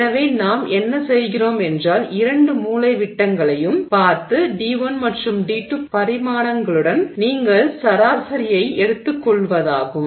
எனவே நாம் என்ன செய்கிறோம் என்றால் இரண்டு மூலைவிட்டங்களையும் பார்த்து d1 மற்றும் d2 பரிமாணங்களுடன் நீங்கள் சராசரியை எடுத்துக்கொள்வதாகும்